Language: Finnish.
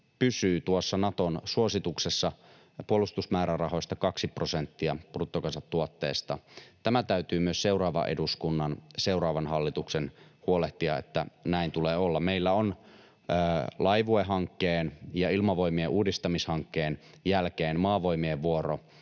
pysyy tuossa Naton suosituksessa, että puolustusmääräraha on kaksi prosenttia bruttokansantuotteesta. Tämä täytyy myös seuraavan eduskunnan, seuraavan hallituksen huolehtia, että näin tulee olla. Meillä on Laivue-hankkeen ja Ilmavoimien uudistamishankkeen jälkeen Maavoimien vuoro,